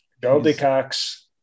Goldilocks